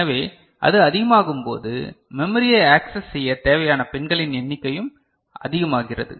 எனவே அது அதிகமாகும்போது மெமரியை ஆக்ஸஸ் செய்ய தேவையான பின்களின் எண்ணிக்கையும் அதிகமாகிறது